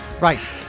Right